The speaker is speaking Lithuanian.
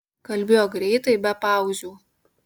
kalbėjo greitai be pauzių